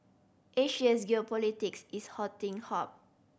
Asia's geopolitics is hotting